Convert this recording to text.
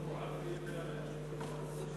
גברתי היושבת-ראש, חברי כנסת נכבדים, אני אפתח